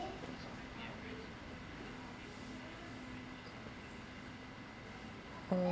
uh